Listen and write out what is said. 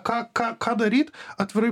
ką ką ką daryt atvirai